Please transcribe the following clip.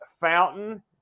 fountain